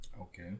Okay